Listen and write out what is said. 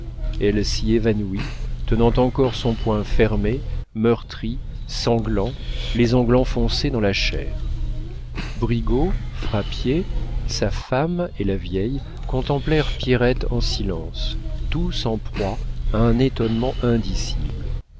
elle s'y évanouit tenant encore son poing fermé meurtri sanglant les ongles enfoncés dans la chair brigaut frappier sa femme et la vieille contemplèrent pierrette en silence tous en proie à un étonnement indicible